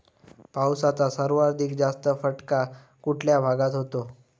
पावसाचा सर्वाधिक जास्त फटका कुठल्या भागात होतो?